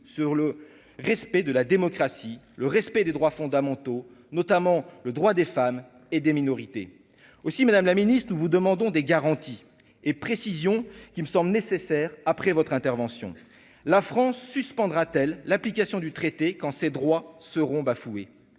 sur le respect de la démocratie, le respect des droits fondamentaux, notamment le droit des femmes et des minorités aussi, Madame la Ministre, nous vous demandons des garanties et précision qui me semble nécessaire après votre intervention, la France suspendra-t-elle l'application du traité quand ces droits seront bafoués